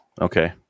Okay